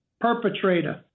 perpetrator